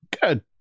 Good